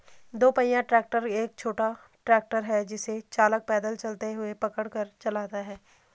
दो पहिया ट्रैक्टर एक छोटा ट्रैक्टर है जिसे चालक पैदल चलते हुए पकड़ कर चलाता है